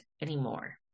anymore